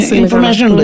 information